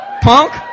punk